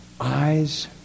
eyes